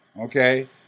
okay